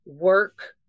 work